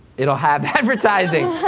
it will have advertising.